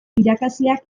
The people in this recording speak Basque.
irakasleak